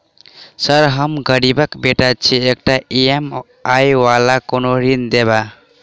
Sir हम गरीबक बेटा छी एकटा ई.एम.आई वला कोनो ऋण देबै?